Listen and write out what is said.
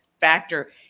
factor